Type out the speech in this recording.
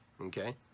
okay